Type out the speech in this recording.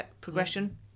progression